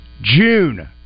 June